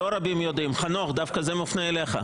חנוך, זה דווקא מופנה אליך.